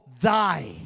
thy